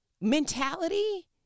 mentality